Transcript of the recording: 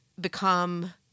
become